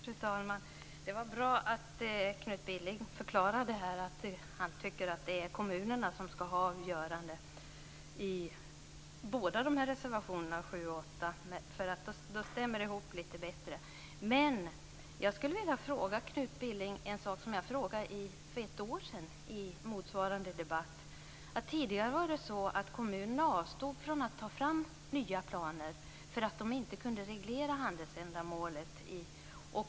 Fru talman! Det var bra att Knut Billing förklarade att han tycker att det är kommunerna som ska ha avgörandet i det som berörs både i reservation 7 och i reservation 8. Det går lite bättre ihop. Men jag skulle vilja ställa en fråga till Knut Billing som jag ställde i motsvarande debatt för ett år sedan. Tidigare avstod kommunerna från att ta fram nya planer, eftersom de inte kunde reglera handelsändamålet.